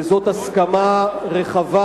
וזאת הסכמה רחבה,